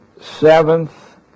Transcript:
seventh